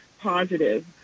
positive